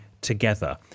together